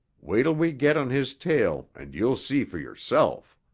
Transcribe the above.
wait'll we get on his tail and you'll see for yourself.